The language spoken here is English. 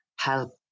help